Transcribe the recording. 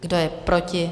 Kdo je proti?